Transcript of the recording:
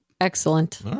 Excellent